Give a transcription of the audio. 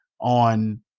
on